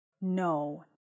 No